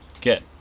get